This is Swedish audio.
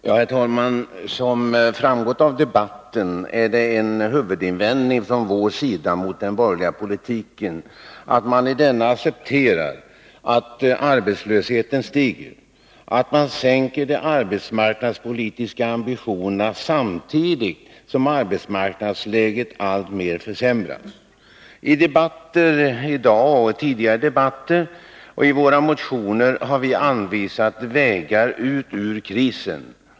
Herr talman! Som framgått av debatten är det en huvudinvändning från vår sida mot den borgerliga politiken att man i denna accepterar att arbetslösheten stiger, att man sänker de arbetsmarknadspolitiska ambitionerna, samtidigt som arbetsmarknadsläget alltmer försämras. I debatten i dag och i tidigare debatter liksom i våra motioner har vi anvisat vägar ut ur krisen.